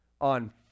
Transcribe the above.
on